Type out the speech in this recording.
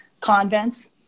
convents